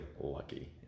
lucky